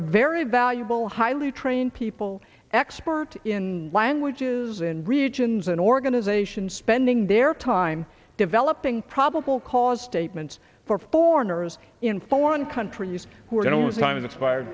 have very valuable highly trained people expert in languages in regions and organizations spending their time developing probable cause statements for foreigners in foreign countries who are going to